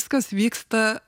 kas vyksta